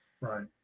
Right